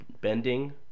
Bending